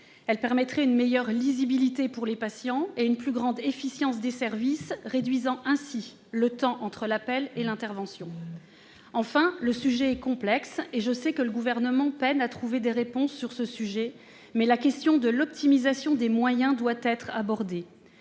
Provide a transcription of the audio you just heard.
Cela permettrait une meilleure lisibilité pour les patients et une plus grande efficience des services, en réduisant le délai entre l'appel et l'intervention. Enfin, même si elle est complexe- je sais que le Gouvernement peine pour l'instant à trouver des réponses-, la question de l'optimisation des moyens doit être abordée